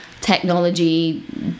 technology